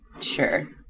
Sure